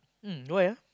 um why ah